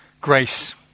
Grace